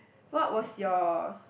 what was your